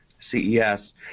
ces